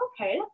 okay